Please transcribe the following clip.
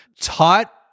taught